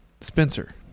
Spencer